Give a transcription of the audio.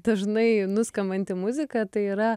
dažnai nuskambanti muzika tai yra